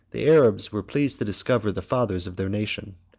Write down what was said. the arabs were pleased to discover the fathers of their nation.